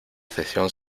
sesión